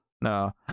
No